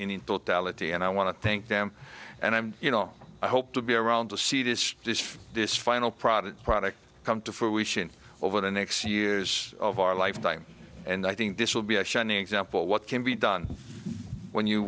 totality and i want to thank them and i'm you know i hope to be around to see this this final product product come to fruition over the next years of our lifetime and i think this will be a shining example of what can be done when you